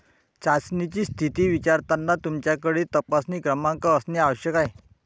चाचणीची स्थिती विचारताना तुमच्याकडे तपासणी क्रमांक असणे आवश्यक आहे